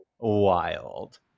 wild